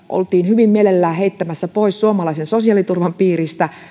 oltiin hyvin mielellään heittämässä pois suomalaisen sosiaaliturvan piiristä